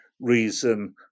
reason